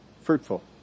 fruitful